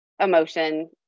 emotion